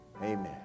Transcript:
Amen